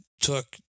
took